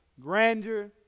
grandeur